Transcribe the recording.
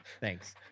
Thanks